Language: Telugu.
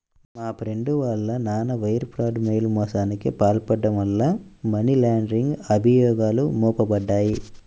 మా ఫ్రెండు వాళ్ళ నాన్న వైర్ ఫ్రాడ్, మెయిల్ మోసానికి పాల్పడటం వల్ల మనీ లాండరింగ్ అభియోగాలు మోపబడ్డాయి